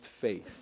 face